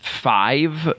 five